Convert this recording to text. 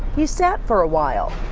he sat for a while.